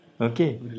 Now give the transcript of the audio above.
Okay